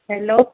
hello